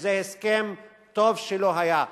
שזה הסכם שטוב שלא היה.